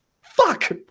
Fuck